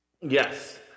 Yes